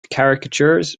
caricatures